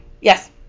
Yes